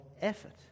effort